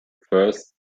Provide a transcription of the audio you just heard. first